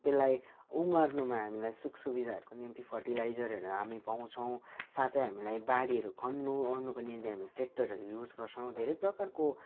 त्यसलाई उमार्नुमा हामीलाई सुखसुविधाहरूको निम्ति फर्टिलाइजरहरू हामी पाउँछौँ साथै हामीलाई बारीहरू खन्नुओर्नुको निम्ति हामी ट्र्याक्टरहरू युज गर्छौँ धेरै प्रकारको